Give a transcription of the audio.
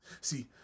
See